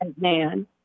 man